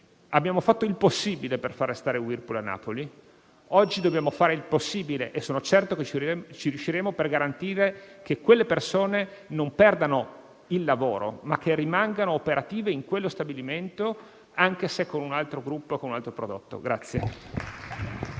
Abbiamo fatto il possibile per fare stare Whirlpool a Napoli; oggi dobbiamo fare il possibile - e sono certo che ci riusciremo - per garantire che quelle persone non perdano il lavoro, ma che rimangano operative in quello stabilimento, anche se con un altro gruppo o con un altro prodotto.